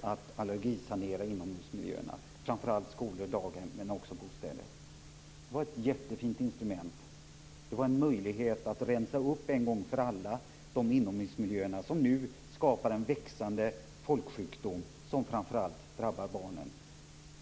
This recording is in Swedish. att allergisanera inomhusmiljöerna, framför allt på skolor och daghem men också i bostäder. Det var ett jättefint instrument och en möjlighet att en gång för alla rensa upp i de inomhusmiljöer som nu skapar en växande folksjukdom vilken framför allt drabbar barnen.